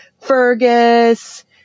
Fergus